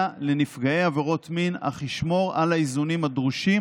לנפגעי עבירות מין אך ישמור על האיזונים הדרושים.